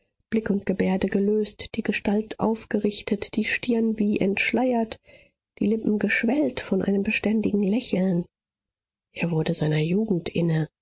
blick und gebärde gelöst die gestalt aufgerichtet die stirn wie entschleiert die lippen geschwellt von einem beständigen lächeln er wurde seiner jugend inne